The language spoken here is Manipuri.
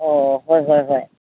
ꯑꯣ ꯍꯣꯏ ꯍꯣꯏ ꯍꯣꯏ